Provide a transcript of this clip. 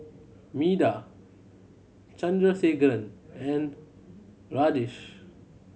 Medha Chandrasekaran and Rajesh